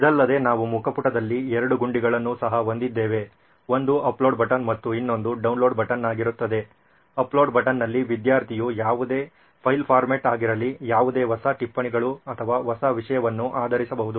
ಇದಲ್ಲದೆ ನಾವು ಮುಖಪುಟದಲ್ಲಿ ಎರಡು ಗುಂಡಿಗಳನ್ನು ಸಹ ಹೊಂದಿದ್ದೇವೆ ಒಂದು ಅಪ್ಲೋಡ್ ಬಟನ್ ಮತ್ತು ಇನ್ನೊಂದು ಡೌನ್ಲೋಡ್ ಬಟನ್ ಆಗಿರುತ್ತದೆ ಅಪ್ಲೋಡ್ ಬಟನ್ನಲ್ಲಿ ವಿದ್ಯಾರ್ಥಿಯು ಯಾವುದೇ ಫೈಲ್ ಫಾರ್ಮ್ಯಾಟ್ ಆಗಿರಲಿ ಯಾವುದೇ ಹೊಸ ಟಿಪ್ಪಣಿಗಳು ಅಥವಾ ಹೊಸ ವಿಷಯವನ್ನು ಆಧರಿಸಬಹುದು